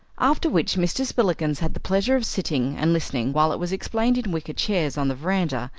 after which mr. spillikins had the pleasure of sitting and listening while it was explained in wicker chairs on the verandah,